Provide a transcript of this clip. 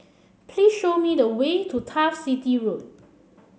please show me the way to Turf City Road